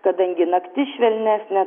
kadangi naktis švelnesnė